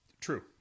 True